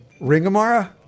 Ringamara